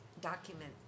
document